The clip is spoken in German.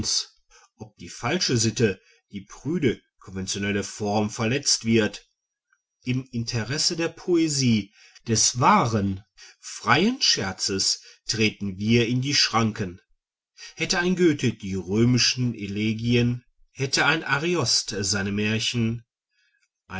ob die falsche sitte die prüde konventionelle form verletzt wird im interesse der poesie des wahren freien scherzes treten wir in die schranken hätte ein goethe die römischen elegien hätte ein ariost seine märchen